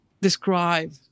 describe